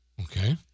Okay